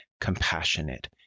compassionate